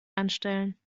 anstellen